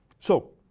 so